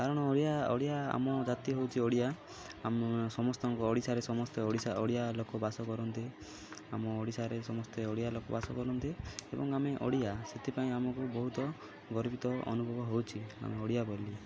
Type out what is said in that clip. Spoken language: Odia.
କାରଣ ଓଡ଼ିଆ ଓଡ଼ିଆ ଆମ ଜାତି ହେଉଛି ଓଡ଼ିଆ ଆମ ସମସ୍ତଙ୍କ ଓଡ଼ିଶାରେ ସମସ୍ତେ ଓଡ଼ିଶା ଓଡ଼ିଆ ଲୋକ ବାସ କରନ୍ତି ଆମ ଓଡ଼ିଶାରେ ସମସ୍ତେ ଓଡ଼ିଆ ଲୋକ ବାସ କରନ୍ତି ଏବଂ ଆମେ ଓଡ଼ିଆ ସେଥିପାଇଁ ଆମକୁ ବହୁତ ଗର୍ବିତ ଅନୁଭବ ହେଉଛି ଆମେ ଓଡ଼ିଆ ବୋଲି